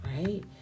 right